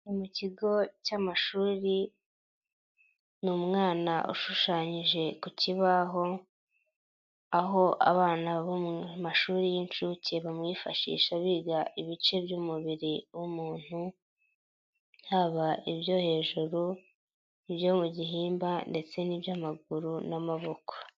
Mu kigo cy'amashuri, ni umwana ushushanyije ku kibaho, aho abana bo mu mashuri y'incuke bamwifashisha biga ibice by'umubiri w'umuntu, haba ibyo hejuru, ibyo mu gihimba, ndetse n'iby'amaguru n'amaboko.